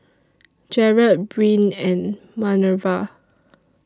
Jarret Bryn and Manerva